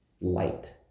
light